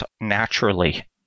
naturally